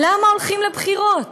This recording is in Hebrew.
למה הולכים לבחירות?